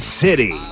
city